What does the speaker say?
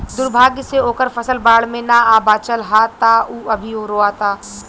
दुर्भाग्य से ओकर फसल बाढ़ में ना बाचल ह त उ अभी रोओता